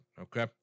okay